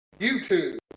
YouTube